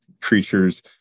creatures